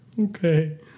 Okay